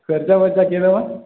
ଖର୍ଚ୍ଚବାର୍ଚ୍ଚ କିଏ ଦେବ